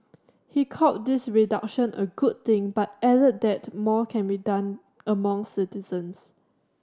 he called this reduction a good thing but added that more can be done among citizens